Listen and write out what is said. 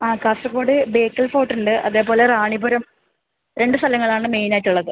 ആ കാസർഗോഡ് ബേക്കൽ ഫോർട്ട് ഉണ്ട് അതേപോലെ റാണിപുരം രണ്ട് സ്ഥലങ്ങൾ ആണ് മെയിൻ ആയിട്ട് ഉള്ളത്